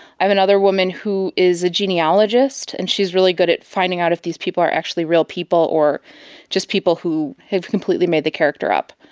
i have another woman who is a genealogist and she is really good at finding out if these people are actually real people or just people who have completely made the character up.